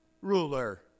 ruler